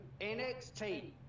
NXT